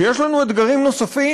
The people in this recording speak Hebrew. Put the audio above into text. ויש לנו אתגרים נוספים.